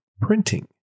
printing